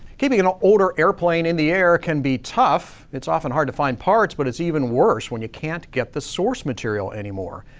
keeping an older airplane in the air can be tough. it's often hard to find parts, but it's even worse when you can't get the source material anymore.